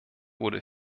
wurde